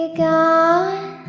gone